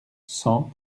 cent